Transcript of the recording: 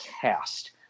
cast